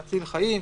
מציל חיים,